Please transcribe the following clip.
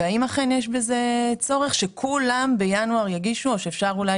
והאם אכן יש בזה צורך שכולם בינואר יגישו או אפשר אולי